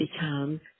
become